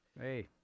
hey